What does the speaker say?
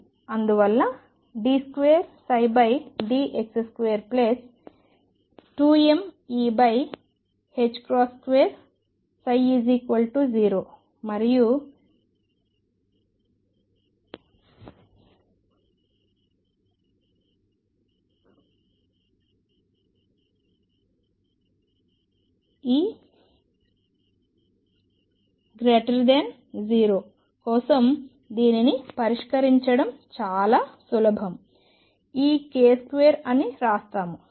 అందువలనd2dx22mE2ψ0 మరియు E0 కోసం దీనిని పరిష్కరించడం చాలా సులభం ఈ k స్క్వేర్ అని వ్రాస్తాము